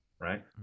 right